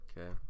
Okay